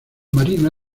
marina